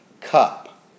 cup